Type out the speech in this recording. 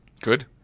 Good